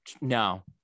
no